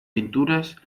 pinturas